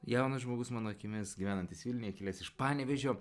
jaunas žmogus mano akimis gyvenantis vilniuje kilęs iš panevėžio